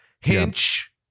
Hinch